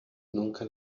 nunca